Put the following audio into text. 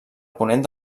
ponent